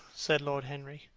said lord henry.